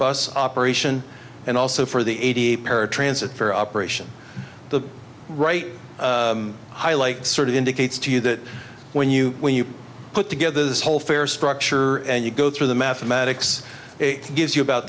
bus operation and also for the paratransit for operation the right highlight sort of indicates you that when you when you put together this whole fare structure and you go through the mathematics it gives you about